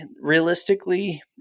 realistically